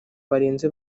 barenze